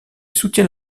soutient